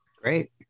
Great